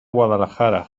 guadalajara